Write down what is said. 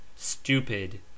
Stupid